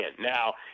Now